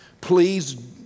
Please